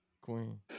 Queen